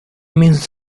means